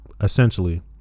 Essentially